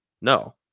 No